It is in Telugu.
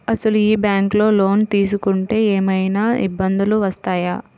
అసలు ఈ బ్యాంక్లో లోన్ తీసుకుంటే ఏమయినా ఇబ్బందులు వస్తాయా?